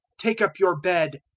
take up your bed,